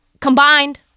combined